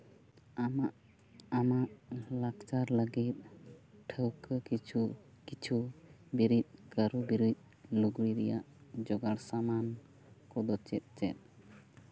ᱟᱢᱟᱜ ᱟᱢᱟᱜ ᱞᱟᱠᱪᱟᱨ ᱞᱟᱹᱜᱤᱫ ᱴᱷᱟᱹᱣᱠᱟᱹ ᱠᱤᱪᱷᱩ ᱠᱤᱪᱷᱩ ᱵᱤᱨᱤᱫ ᱠᱟᱹᱨᱩ ᱵᱤᱨᱤᱫ ᱞᱩᱜᱽᱲᱤ ᱨᱮᱭᱟᱜ ᱡᱳᱜᱟᱲ ᱥᱟᱢᱟᱱ ᱠᱚᱫᱚ ᱪᱮᱫ ᱪᱮᱫ